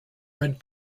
red